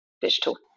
digital